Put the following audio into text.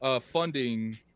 funding